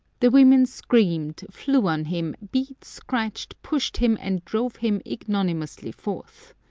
the women screamed, flew on him, beat, scratched, pushed him, and drove him ignominiously forth.